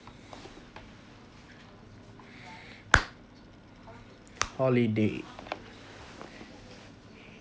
holiday